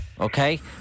Okay